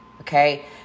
Okay